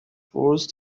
worse